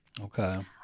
Okay